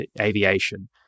aviation